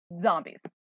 zombies